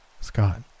Scott